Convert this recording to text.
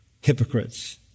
hypocrites